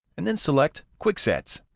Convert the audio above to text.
and then select quick sets.